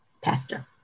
pastor